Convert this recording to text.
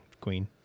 queen